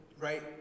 right